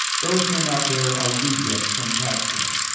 those men out there are rejects from catskill,